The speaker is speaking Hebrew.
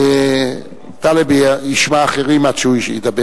טלב ישמע אחרים עד שהוא ידבר,